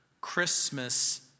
Christmas